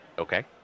Okay